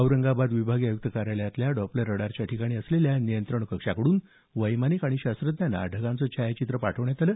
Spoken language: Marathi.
औरंगाबाद विभागीय आयुक्त कार्यालयातल्या डॉपलर रडारच्या ठिकाणी असलेल्या नियंत्रण कक्षाकडून वैमानिक आणि शास्त्रज्ञांना ढगांचं छायाचित्र पाठवण्यात आलं